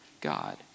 God